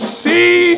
see